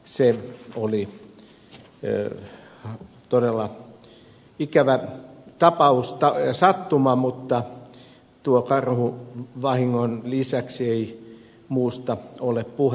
se oli todella ikävä sattuma mutta tuon karhuvahingon lisäksi ei muusta ole puhe